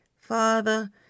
Father